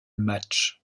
match